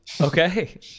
Okay